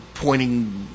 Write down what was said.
pointing